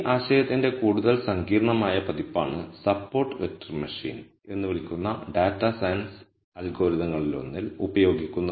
ഈ ആശയത്തിന്റെ കൂടുതൽ സങ്കീർണ്ണമായ പതിപ്പാണ് സപ്പോർട്ട് വെക്റ്റർ മെഷീൻ എന്ന് വിളിക്കുന്ന ഡാറ്റാ സയൻസ് അൽഗോരിതങ്ങളിലൊന്നിൽ ഉപയോഗിക്കുന്നത്